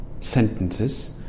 sentences